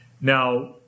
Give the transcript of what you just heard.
Now